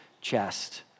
chest